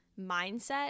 mindset